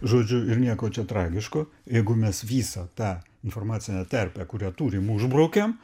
žodžiu ir nieko čia tragiško jeigu mes vysą tą informacinę terpę kurią turim užbraukiam